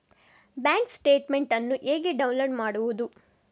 Bank statement ಅನ್ನು ಹೇಗೆ download ಮಾಡುವುದು?